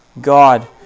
God